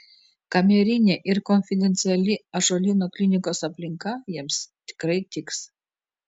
kamerinė ir konfidenciali ąžuolyno klinikos aplinka jiems tikrai tiks